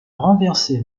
renversé